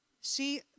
See